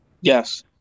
Yes